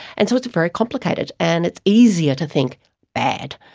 and so it's very complicated, and it's easier to think bad,